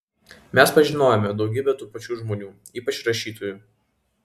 mes pažinojome daugybę tų pačių žmonių ypač rašytojų